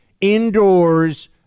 indoors